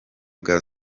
bwa